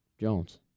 Jones